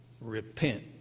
Repent